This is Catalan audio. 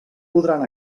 podran